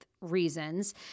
reasons